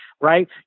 right